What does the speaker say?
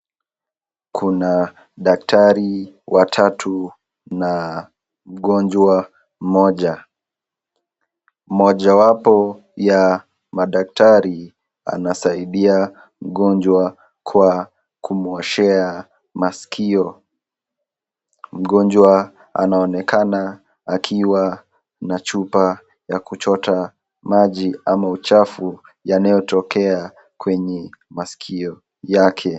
Kuna daktari watatu na mgonjwa mmoja ,mojawapo ya madaktari anasaidia mgonjwa kwa kumwoshea maskio , mgonjwa anaonekana akiwa na chupa ya kuchota maji ama uchafu yanayotokea kwenye maskio yake.